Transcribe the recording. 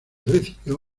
recibió